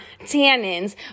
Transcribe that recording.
tannins